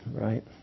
right